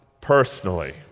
personally